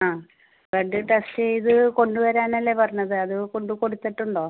ആ blood test ചെയ്ത് കൊണ്ട് വരാനല്ലേ പറഞ്ഞത് അത് കൊണ്ട് കൊടുത്തിട്ടുണ്ടോ